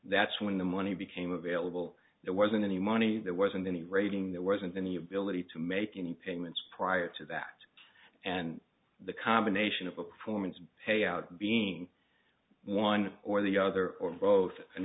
that's when the money became available there wasn't any money there wasn't any raiding there wasn't any ability to make any payments prior to that and the combination of a performance payout being one or the other or both an